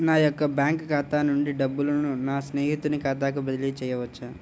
నా యొక్క బ్యాంకు ఖాతా నుండి డబ్బులను నా స్నేహితుని ఖాతాకు బదిలీ చేయవచ్చా?